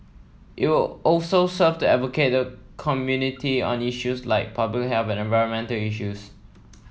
it will also serve to advocate the community on issues like public health and environmental issues